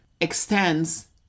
extends